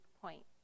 point